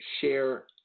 share